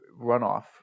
runoff